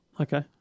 Okay